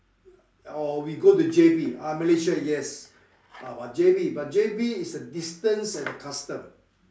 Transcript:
or we go to J_B uh Malaysia yes ah but J_B but J_B is a distance and customs